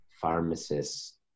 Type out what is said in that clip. pharmacists